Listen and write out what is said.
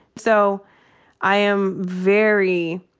so i am very